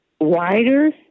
wider